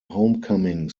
homecoming